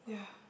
yeah